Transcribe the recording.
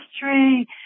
history